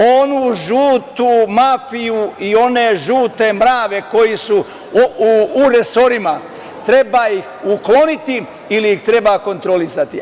Onu žutu mafiju i one žute mrave koji su u resorima treba ukloniti ili ih treba kontrolisati.